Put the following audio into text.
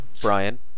Brian